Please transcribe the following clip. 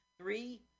Three